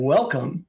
Welcome